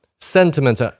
sentiment